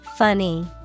funny